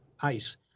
ice